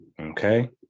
okay